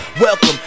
welcome